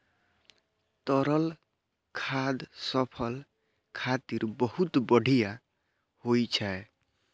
तरल खाद फसल खातिर बहुत बढ़िया होइ छै